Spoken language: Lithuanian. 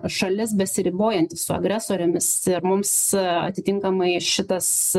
šalis besiribojanti su agresorėmis ir mums atitinkamai šitas